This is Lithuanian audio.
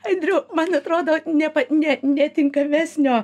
aidriau man atrodo ne ne netinkamesnio